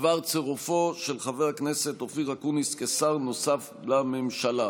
בדבר צירופו של חבר הכנסת אופיר אקוניס כשר נוסף לממשלה.